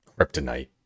kryptonite